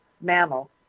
mammal